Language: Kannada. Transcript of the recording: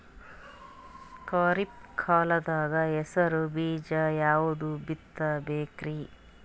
ಖರೀಪ್ ಕಾಲದಾಗ ಹೆಸರು ಬೀಜ ಯಾವದು ಬಿತ್ ಬೇಕರಿ?